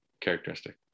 characteristic